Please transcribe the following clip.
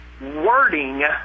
wording